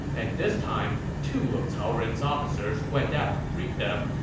and this time, two of cao ren's officers went out to greet them,